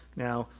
now,